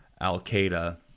Al-Qaeda